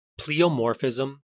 Pleomorphism